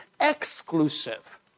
exclusive